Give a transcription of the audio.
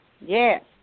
Yes